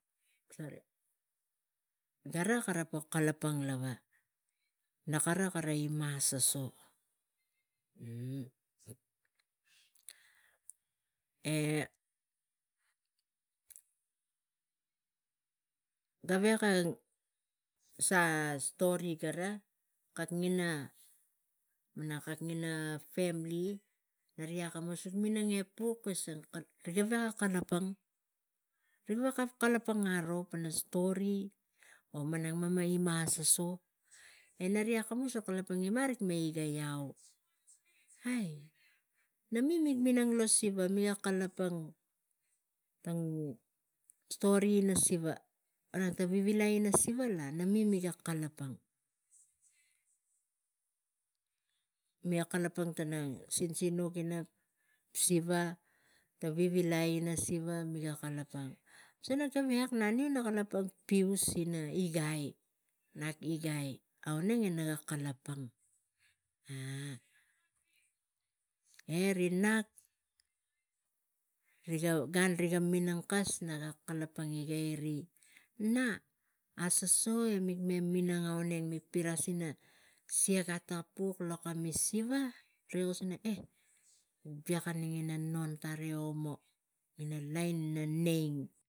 Gara kara po kalapang lava, nak kara ima asasaso e gavek ang sa stori kak ina, malang kak ina famili rik minang epuk, riga veko kalapang rik veko kalapang tru pana stori, wo me ma ima asasaso e nari akamus rik me igei au gi nak mik mi minang lo siva mik kalapang pana stori ina siva, tang vivilai ina siva e na mi miga kalapang, miga kalapang tana sinuk ina siva, ta vivilai ina siva miga kalapang, gavek naniu naga veko piosi igai, kak igai ga auneng naga kalapang. E rik nak riga gan riga minang, nak kalapang igei ri, nak asasaso e mik minang e mik piras ngeni ina siak e tapuk? Kami siva? Mem vigani ta non tara e omo, nain ina neing.